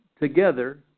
together